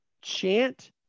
chant